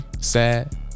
Sad